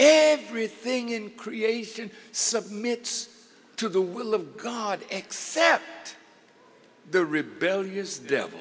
everything in creation submits to the will of god except the rebellious